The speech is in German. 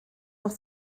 noch